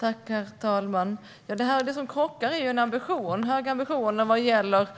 Herr talman! Det som krockar är en ambition. Vi har höga ambitioner vad gäller